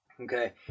Okay